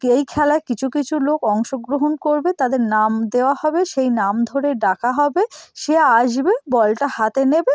এই খেলায় কিছু কিছু লোক অংশগ্রহণ করবে তাদের নাম দেওয়া হবে সেই নাম ধরে ডাকা হবে সে আসবে বলটা হাতে নেবে